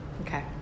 Okay